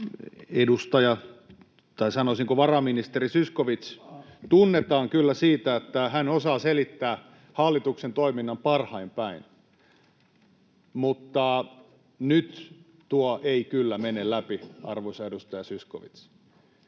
Edustaja tai, sanoisinko, varaministeri Zyskowicz tunnetaan kyllä siitä, että hän osaa selittää hallituksen toiminnan parhain päin. Mutta nyt tuo ei kyllä mene läpi, arvoisa edustaja Zyskowicz.